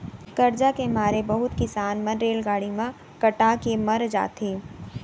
करजा के मारे बहुत किसान मन रेलगाड़ी म कटा के मर जाथें